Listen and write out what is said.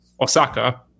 Osaka